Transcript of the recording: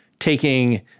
taking